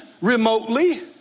remotely